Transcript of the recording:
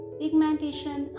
pigmentation